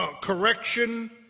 correction